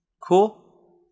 Cool